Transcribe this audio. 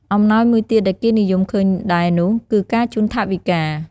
អំំណោយមួយទៀតដែលគេនិយមឃើញដែរនោះ គឺការជូនថវិកា។